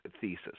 thesis